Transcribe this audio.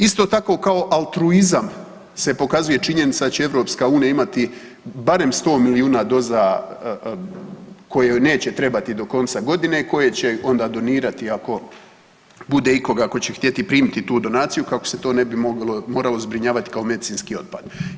Isto tako kao altruizam se pokazuje činjenica da će EU imati barem 100 milijuna doza koje joj neće trebati do konca godine, koje će onda donirati ako bude ikoga ko će htjeti primiti tu donaciju kako se to ne bi moralo zbrinjavati kao medicinski otpad.